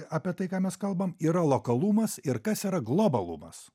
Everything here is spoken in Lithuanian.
apie tai ką mes kalbam yra lokalumas ir kas yra globalumas